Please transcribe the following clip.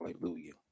Hallelujah